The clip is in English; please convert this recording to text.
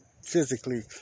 physically